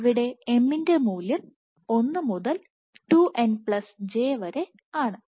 ഇവിടെ m ൻറെ മൂല്യം 1 മുതൽ 2n j വരെ ആണ്